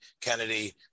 Kennedy